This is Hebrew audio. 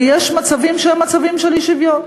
ויש מצבים שהם מצבים של אי-שוויון,